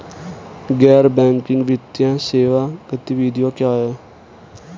गैर बैंकिंग वित्तीय सेवा गतिविधियाँ क्या हैं?